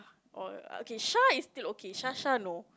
or okay Sha is still okay Sha-sha no